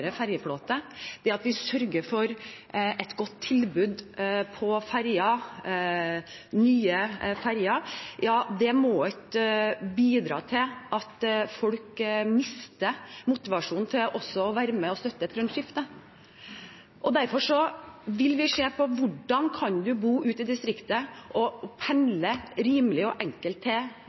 ferjeflåte, det at vi sørger for et godt tilbud på nye ferjer, ikke må bidra til at folk mister motivasjonen til også å være med og støtte et grønt skifte. Derfor vil vi se på hvordan man kan bo ute i distriktet og pendle rimelig og enkelt til